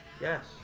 Yes